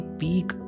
peak